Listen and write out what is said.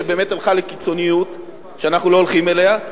שבאמת הלכה לקיצוניות שאנחנו לא הולכים אליה.